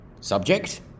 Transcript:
subject